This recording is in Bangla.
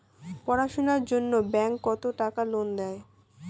পড়াশুনার জন্যে ব্যাংক কত টাকা লোন দেয়?